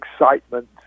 excitement